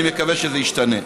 אני מקווה שזה ישתנה.